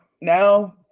now